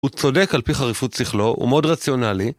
הוא צודק על פי חריפות שכלו, הוא מאוד רציונלי.